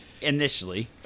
Initially